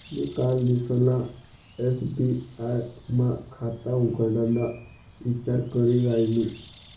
मी कालदिसना एस.बी.आय मा खाता उघडाना ईचार करी रायनू